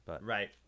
Right